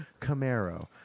Camaro